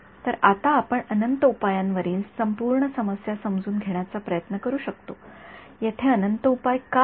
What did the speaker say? तर आता आपण अनंत उपायांवरील संपूर्ण समस्या समजून घेण्याचा प्रयत्न करू शकतो तेथे अनंत उपाय का आहेत